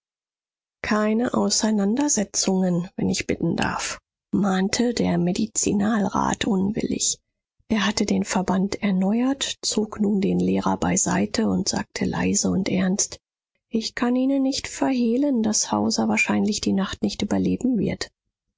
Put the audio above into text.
keine auseinandersetzungen wenn ich bitten darf mahnte der medizinalrat unwillig er hatte den verband erneuert zog nun den lehrer beiseite und sagte leise und ernst ich kann ihnen nicht verhehlen daß hauser wahrscheinlich die nacht nicht überleben wird